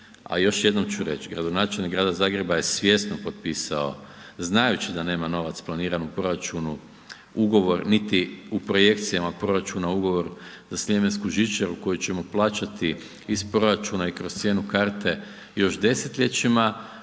a još jednom ću reć, gradonačelnik grada Zagreba je svjesno potpisao znajući da nema novac planiran u proračunu ugovor niti u projekcijama proračuna, ugovor za sljemensku žičaru koju ćemo plaćati iz proračuna i kroz cijenu karte još desetljećima,